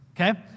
okay